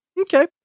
Okay